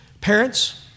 Parents